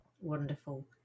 wonderful